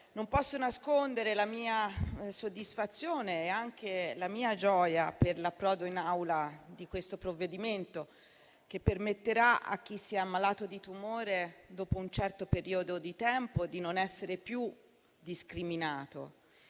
non posso nascondere la mia soddisfazione e anche la mia gioia per l'approdo in Aula di questo provvedimento, che permetterà a chi si è ammalato di tumore, dopo un certo periodo di tempo, di non essere più discriminato